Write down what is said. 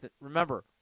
Remember